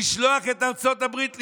לשלוח את ארצות הברית לשאול,